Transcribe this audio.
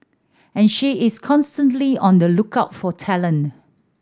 and she is constantly on the lookout for talent